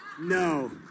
No